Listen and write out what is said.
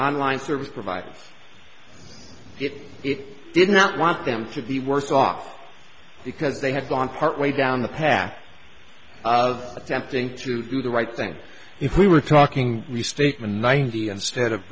online service providers if it did not want them to be worse off because they had gone part way down the path of attempting to do the right thing if we were talking restatement ninety and spread of